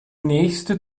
nächste